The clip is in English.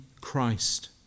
Christ